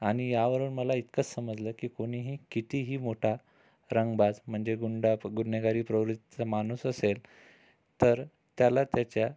आणि यावरून मला इतकंच समजलं की कोणीही कितीही मोठ्ठा रंगबाज म्हणजे गुंड गुन्हेगारी प्रवृत्तीचा माणूस असेल तर त्याला त्याच्या